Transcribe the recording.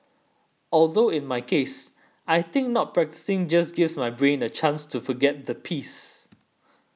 although in my case I think not practising just gives my brain a chance to forget the piece